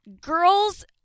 Girls